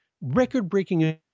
record-breaking